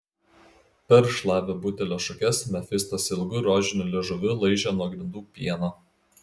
perl šlavė butelio šukes mefistas ilgu rožiniu liežuviu laižė nuo grindų pieną